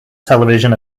television